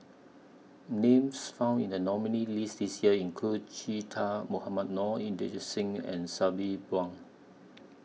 Names found in The nominees' list This Year include Che Dah Mohamed Noor Inderjit Singh and Sabri Buang